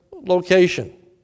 Location